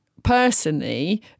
Personally